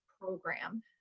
program